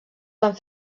van